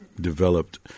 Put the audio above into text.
developed